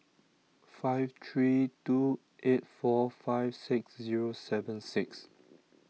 five three two eight four five six Zero seven six